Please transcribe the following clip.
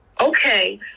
Okay